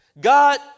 God